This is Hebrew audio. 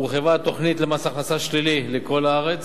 הורחבה התוכנית למס הכנסה שלילי לכל הארץ.